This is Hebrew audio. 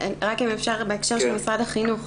אם אפשר להוסיף בהקשר של משרד החינוך.